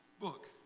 book